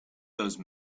those